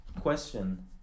Question